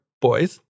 boys